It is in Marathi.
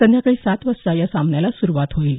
संध्याकाळी सात वाजता या सामन्याला सुरवात होईल